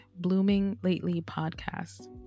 bloominglatelypodcast